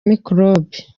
mikorobe